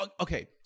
Okay